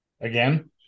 Again